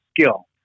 skill